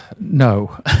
no